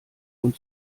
und